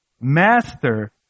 master